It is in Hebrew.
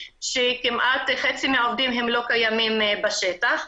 שכמעט חצי מהעובדים הם לא קיימים בשטח.